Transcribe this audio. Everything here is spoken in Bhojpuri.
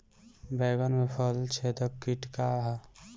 बैंगन में फल छेदक किट का ह?